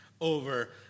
Over